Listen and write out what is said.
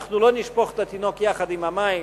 אנחנו לא נשפוך את התינוק יחד עם המים,